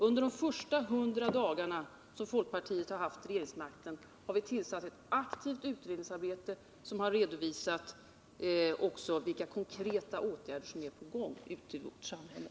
Under de första hundra dagarna som folkpartiet har haft regeringsmakten har vi igångsatt ett aktivt utredningsarbete, som också har visat vilka konkreta åtgärder som är på gång ute i vårt samhälle.